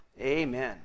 Amen